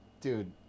dude